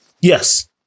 Yes